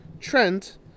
Trent